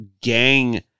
gang